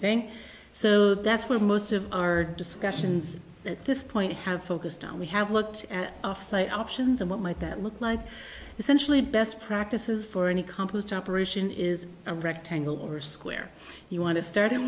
thing so that's where most of our discussions at this point have focused on we have looked at a options and what might that look like essentially best practices for any compost operate in is a rectangle or a square you want to start in